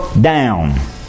down